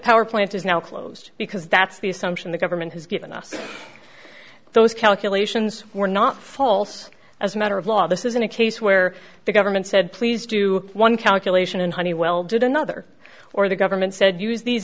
power plant is now closed because that's the assumption the government has given us those calculations were not false as a matter of law this isn't a case where the government said please do one calculation and honeywell did another or the government said use these